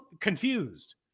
confused